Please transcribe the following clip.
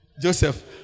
Joseph